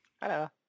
Hello